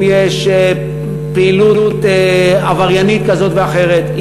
אם יש פעילות עבריינית כזאת ואחרת,